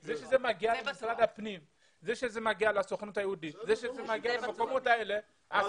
זה שזה מגיע למשרד הפנים וזה שזה מגיע לסוכנות היהודית- -- אז